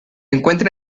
encuentra